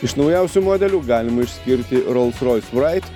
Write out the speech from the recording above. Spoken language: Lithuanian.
iš naujausių modelių galima išskirti rolls royce wraith